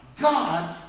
God